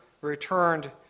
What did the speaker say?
returned